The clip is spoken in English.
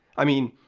i mean,